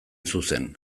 zuzen